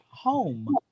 home